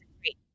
great